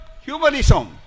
humanism